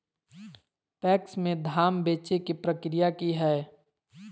PACS में धाम बेचे के प्रक्रिया की हय?